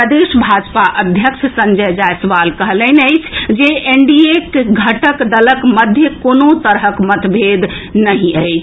प्रदेश भाजपा अध्यक्ष संजय जायसवाल कहलनि अछि जे एनडीएक घटक दलक मध्य कोनो तरहक मतभेद नहि अछि